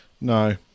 No